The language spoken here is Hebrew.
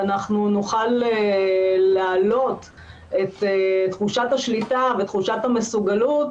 אנחנו נוכל להעלות את תחושת השליטה ותחושת המסוגלות